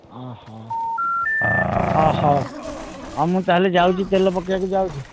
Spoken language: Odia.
ଓ ହ ହଁ ହଉ ହଁ ମୁଁ ତା'ହେଲେ ଯାଉଛି ତେଲ ପକେଇବାକୁ ଯାଉଛି